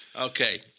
Okay